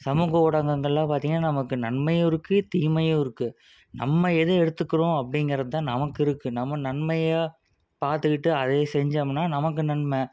சமூக ஊடகங்கள்லாம் பார்த்திங்கன்னா நமக்கு நன்மையும் இருக்குது தீமையும் இருக்குது நம்ம எது எடுத்துக்கிறோம் அப்டிங்கிறதுதான் நமக்கு இருக்குது நம்ம நன்மையாக பார்த்துக்கிட்டு அதை செஞ்சோமுன்னா நமக்கு நன்மை